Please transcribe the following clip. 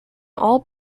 all